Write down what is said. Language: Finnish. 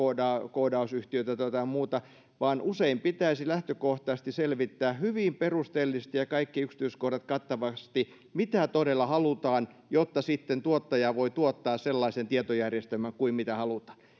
koodausyhtiötä tai jotain muuta vaan usein pitäisi lähtökohtaisesti selvittää hyvin perusteellisesti ja kaikki yksityiskohdat kattavasti mitä todella halutaan jotta sitten tuottaja voi tuottaa sellaisen tietojärjestelmän kuin halutaan